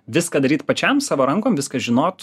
viską daryt pačiam savo rankom viską žinot